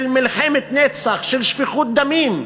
של מלחמת נצח, של שפיכות דמים.